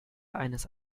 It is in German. eines